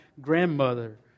grandmother